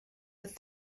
with